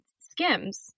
skims